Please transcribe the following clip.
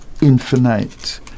infinite